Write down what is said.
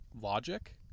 logic